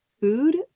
food